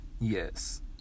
Yes